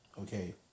Okay